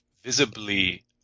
visibly